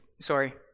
sorry